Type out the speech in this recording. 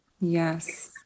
Yes